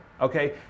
Okay